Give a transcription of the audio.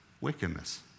wickedness